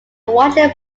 widely